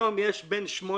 היום יש 14,000-8,000,